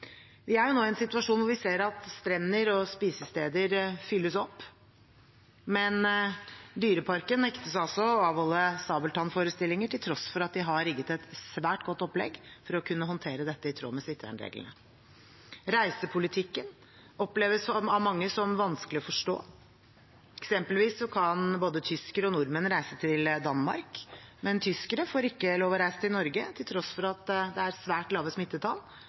Vi er nå i en situasjon der vi ser at strender og spisesteder fylles opp, men Dyreparken nektes altså å avholde Sabeltann-forestillinger til tross for at de har rigget til et svært godt opplegg for å kunne håndtere dette i tråd med smittevernreglene. Reisepolitikken oppleves av mange som vanskelig å forstå. Eksempelvis kan både tyskere og nordmenn reise til Danmark, men tyskere får ikke lov til å reise til Norge, til tross for at det er svært lave smittetall